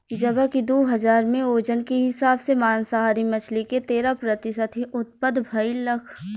जबकि दू हज़ार में ओजन के हिसाब से मांसाहारी मछली के तेरह प्रतिशत ही उत्तपद भईलख